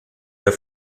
der